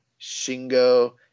Shingo